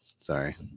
Sorry